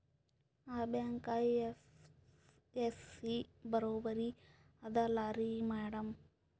ಆ bank IFSC ಬರೊಬರಿ ಅದಲಾರಿ ಮ್ಯಾಡಂ?